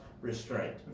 restraint